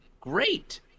great